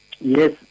yes